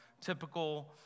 typical